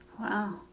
Wow